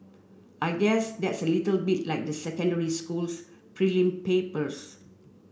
I guess that's a bit like the secondary school's prelim papers